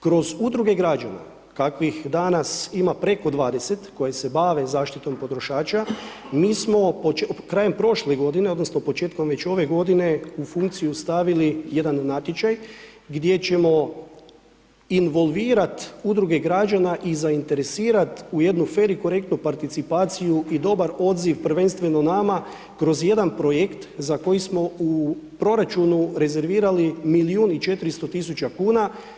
Kroz Udruge građana kakvih danas ima preko 20 koji se bave zaštitom potrošača, mi smo krajem prošle godine odnosno početkom već ove godine, u funkciju stavili jedan natječaj gdje ćemo involvirat Udruge građana i zainteresirat u jednu fer i korektnu participaciju i dobar odziv prvenstveno nama kroz jedna projekt za koji smo u proračunu rezervirali milijun i 400 tisuća kuna.